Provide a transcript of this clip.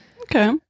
Okay